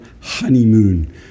honeymoon